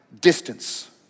distance